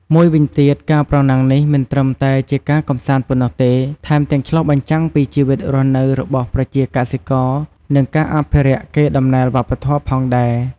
មួយវិញទៀតការប្រណាំងនេះមិនត្រឹមតែជាការកម្សាន្តប៉ុណ្ណោះទេ ថែមទាំងឆ្លុះបញ្ចាំងពីជីវិតរស់នៅរបស់ប្រជាកសិករ និងការអភិរក្សកេរដំណែលវប្បធម៌ផងដែរ។